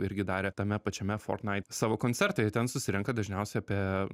irgi darė tame pačiame fortnait savo koncertą ir ten susirenka dažniausiai apie